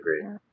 agree